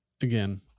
again